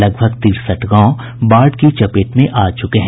लगभग तिरसठ गांव बाढ़ की चपेट में आ चुके हैं